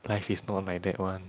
life is not like that one